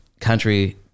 country